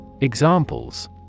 Examples